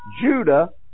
Judah